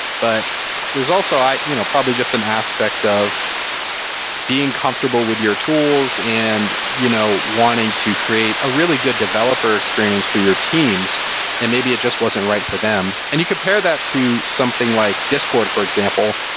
but there's also you know probably just an aspect of being comfortable with your tools and you know wanting to create a really good developer experience for your teams and maybe it just wasn't right for them. and you compare that to something like discord, for example.